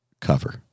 cover